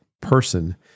person